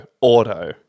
auto